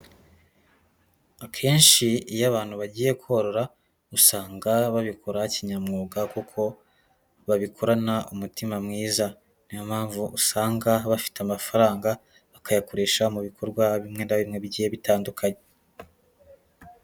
Akenshi iyo abantu bagiye korora, usanga babikora kinyamwuga kuko babikorana umutima mwiza. Ni yo mpamvu usanga bafite amafaranga, bakayakoresha mu bikorwa bimwe na bimwe bigiye bitandukanye.